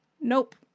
Nope